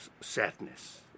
sadness